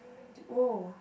do !woah!